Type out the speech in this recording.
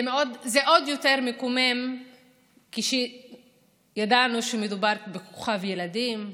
זה עוד יותר מקומם כשידענו שמדובר בכוכב ילדים,